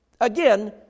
Again